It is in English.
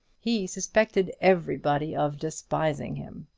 he suspected everybody of despising him,